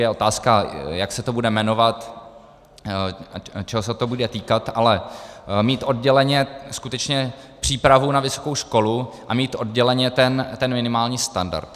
Je otázka, jak se to bude jmenovat, čeho se to bude týkat, ale mít odděleně skutečně přípravu na vysokou školu a mít odděleně ten minimální standard.